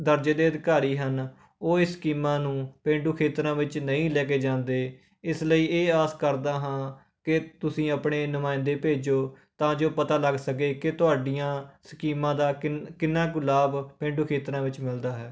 ਦਰਜੇ ਦੇ ਅਧਿਕਾਰੀ ਹਨ ਉਹ ਇਹ ਸਕੀਮਾਂ ਨੂੰ ਪੇਂਡੂ ਖੇਤਰਾਂ ਵਿੱਚ ਨਹੀਂ ਲੈ ਕੇ ਜਾਂਦੇ ਇਸ ਲਈ ਇਹ ਆਸ ਕਰਦਾ ਹਾਂ ਕਿ ਤੁਸੀਂ ਆਪਣੇ ਨੁਮਾਇੰਦੇ ਭੇਜੋ ਤਾਂ ਜੋ ਪਤਾ ਲੱਗ ਸਕੇ ਕਿ ਤੁਹਾਡੀਆਂ ਸਕੀਮਾਂ ਦਾ ਕਿ ਕਿੰਨਾਂ ਕੁ ਲਾਭ ਪੇਂਡੂ ਖੇਤਰਾਂ ਵਿੱਚ ਮਿਲਦਾ ਹੈ